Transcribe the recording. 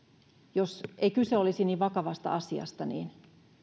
jos ei kyse olisi niin vakavasta asiasta niin